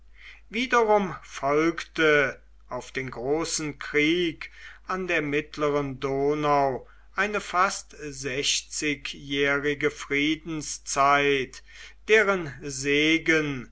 wiederum folgte auf den großen krieg an der mittleren donau eine fast sechzigjährige friedenszeit deren segen